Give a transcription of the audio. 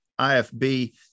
IFB